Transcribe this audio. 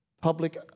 public